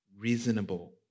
Reasonable